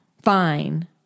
Fine